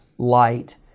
light